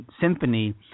Symphony